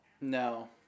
No